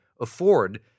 afford